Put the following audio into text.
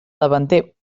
davanter